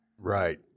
right